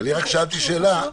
אני רק שאלתי שאלה,